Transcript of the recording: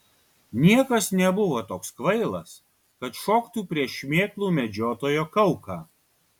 niekas nebuvo toks kvailas kad šoktų prieš šmėklų medžiotojo kauką